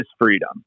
freedom